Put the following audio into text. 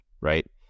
Right